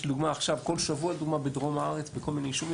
יש עכשיו כל שבוע דוגמה בדרום הארץ בכל מיני יישובים,